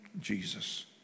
Jesus